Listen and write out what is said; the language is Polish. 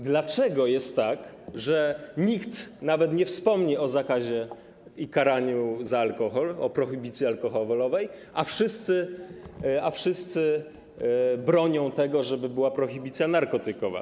Dlaczego jest tak, że nikt nawet nie wspomni o zakazie i karaniu za alkohol, o prohibicji alkoholowej, a wszyscy bronią tego, żeby była prohibicja narkotykowa?